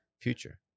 Future